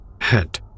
head